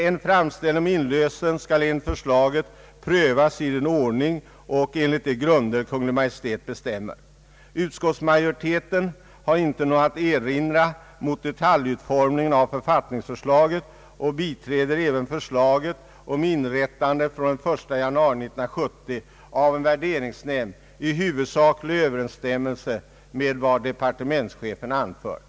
En framställning om inlösen skall enligt förslaget prövas i den ordning och enligt de grunder som Kungl. Maj:t bestämmer. Utskottsmajoriteten har inte något att erinra mot detaljutformningen av författningsförslaget och biträder även förslaget om inrättande från den 1 januari 1970 av en värderingsnämnd i hu vudsaklig överensstämmelse med vad departementschefen anfört.